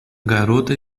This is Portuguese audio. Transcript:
garota